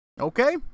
Okay